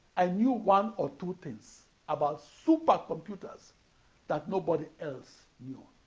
i knew one or two things about supercomputers that nobody else knew.